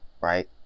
Right